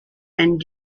and